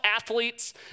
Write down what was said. athletes